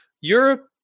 Europe